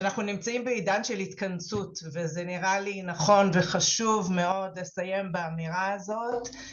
אנחנו נמצאים בעידן של התכנסות וזה נראה לי נכון וחשוב מאוד לסיים באמירה הזאת